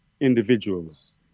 individuals